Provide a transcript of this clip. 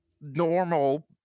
normal